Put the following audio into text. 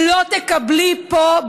לא תקבלי פה,